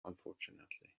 unfortunately